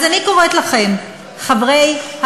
אז אני קוראת לכם, חברי הקואליציה: